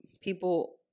people